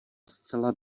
zcela